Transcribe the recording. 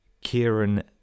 Kieran